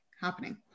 happening